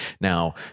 Now